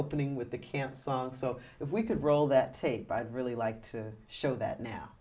opening with the kim song so if we could roll that tape by really like to show that now